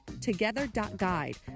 together.guide